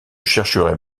chercherai